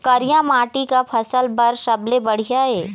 करिया माटी का फसल बर सबले बढ़िया ये?